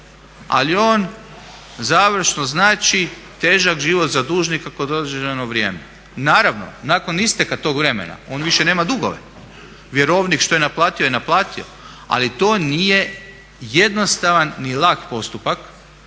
ali on završno znači težak život za dužnika kroz određeno vrijeme. Naravno nakon isteka tog vremena on više nema dugove. Vjerovnik što je naplatio je naplatio, ali to nije jednostavan ni lak postupak.